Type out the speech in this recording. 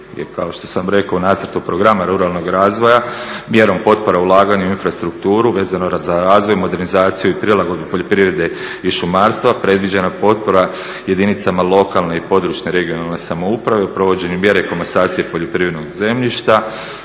kao što sam rekao u nacrtu programa ruralnog razvoja, mjerom potpora ulagani u infrastrukturu vezano za razvoj, modernizaciju i prilagodbu poljoprivrede i šumarstva, predviđena potpora jedinicama lokalne i područne regionalne samouprave u provođenju mjere komasacije poljoprivrednog zemljišta